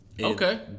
Okay